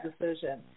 decision